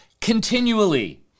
continually